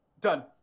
Done